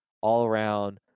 all-around